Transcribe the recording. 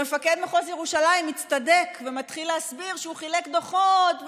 מפקד מחוז ירושלים מצטדק ומתחיל להסביר: הוא חילק דוחות,